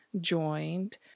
joined